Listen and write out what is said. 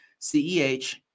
CEH